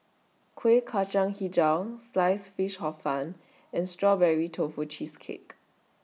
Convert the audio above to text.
Kuih Kacang Hijau Sliced Fish Hor Fun and Strawberry Tofu Cheesecake